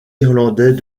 irlandais